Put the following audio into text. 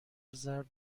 ضرب